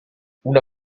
una